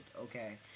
Okay